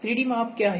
3D माप क्या हैं